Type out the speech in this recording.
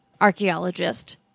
archaeologist